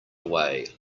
away